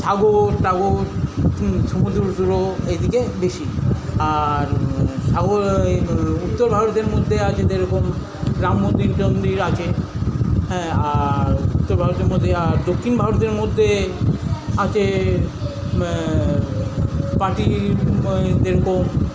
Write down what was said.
সাগর টাগর সমুদ্র এই দিকে বেশি আর সাগর উত্তর ভারতের মধ্যে আছে যেরকম রাম মন্দির টন্দির আছে হ্যাঁ আর উত্তর ভারতের মধ্যে দক্ষিণ ভারতের মধ্যে আছে পার্টির যেরকম